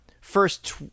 first